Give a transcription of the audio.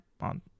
on